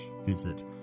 visit